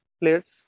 players